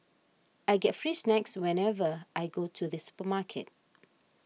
I get free snacks whenever I go to the supermarket